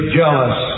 jealous